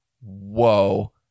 whoa